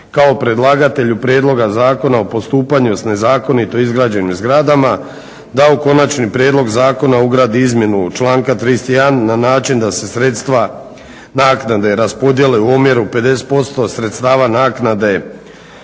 kao predlagatelju Prijedloga Zakona o postupanju s nezakonito izgrađenim zgradama da u konačni prijedlog zakona ugradi izmjenu članka 31. na način da se sredstva naknade raspodjele u omjeru 50% sredstava naknade